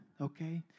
Okay